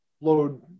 load